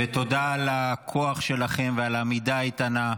ותודה על הכוח שלכם ועל העמידה האיתנה,